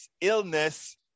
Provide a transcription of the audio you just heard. illness